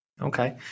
Okay